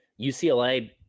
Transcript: UCLA